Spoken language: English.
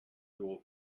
dual